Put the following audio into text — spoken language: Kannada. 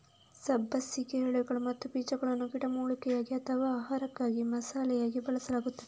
ಸಬ್ಬಸಿಗೆ ಎಲೆಗಳು ಮತ್ತು ಬೀಜಗಳನ್ನು ಗಿಡಮೂಲಿಕೆಯಾಗಿ ಅಥವಾ ಆಹಾರಕ್ಕಾಗಿ ಮಸಾಲೆಯಾಗಿ ಬಳಸಲಾಗುತ್ತದೆ